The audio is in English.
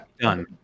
done